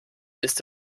ist